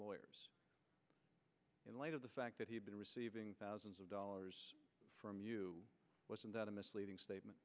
lawyers in light of the fact that he'd been receiving thousands of dollars from you wasn't that a misleading statement